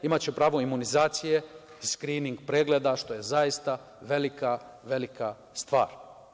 Imaće pravo imunizacije, skrining pregleda, što je zaista velika, velika stvar.